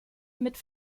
mit